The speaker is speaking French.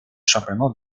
championnat